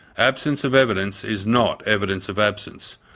absence of evidence is not evidence of absence.